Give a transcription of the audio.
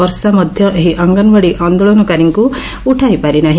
ବର୍ଷା ମଧ୍ଧ ଏହି ଅଙ୍ଗନଓ୍ୱାଡ଼ି ଆନ୍ଦୋଳନକାରୀଙ୍କ ଉଠାଇ ପାରିନାର୍ହି